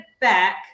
back